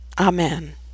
Amen